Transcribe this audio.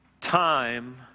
time